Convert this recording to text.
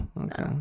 Okay